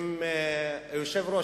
היושב-ראש,